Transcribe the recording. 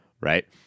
right